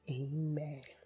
amen